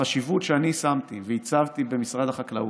החשיבות שאני שמתי והצבתי במשרד החקלאות,